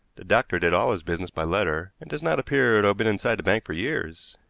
the doctor did all his business by letter, and does not appear to have been inside the bank for years.